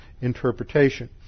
interpretation